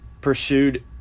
pursued